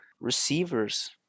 receivers